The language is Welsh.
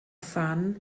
phan